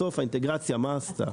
בסוף האינטגרציה מה עשתה?